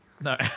No